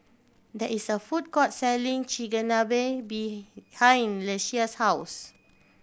there is a food court selling Chigenabe behind Ieshia's house